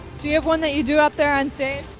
do you have one that you do up there on stage?